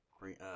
Green